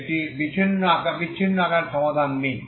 একটি বিচ্ছিন্ন আকারে সমাধান দিন